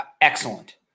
excellent